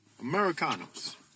Americanos